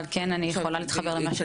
אבל אני כן יכולה להתחבר למה שאת אומרת.